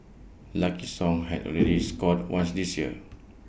lucky song had already scored once this year